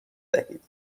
بدهید